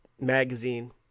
magazine